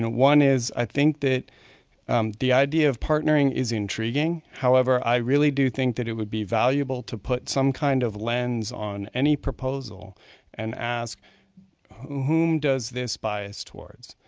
one is i think that the idea of partnering is intriguing, however i really do think it would be valuable to put some kind of lens on any proposal and ask whom does this bias towards?